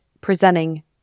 presenting